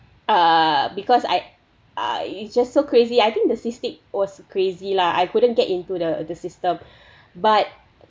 err because I uh it just so crazy I think the sistic was crazy lah I couldn't get into the the system but